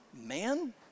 man